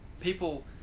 people